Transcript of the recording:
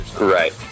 Right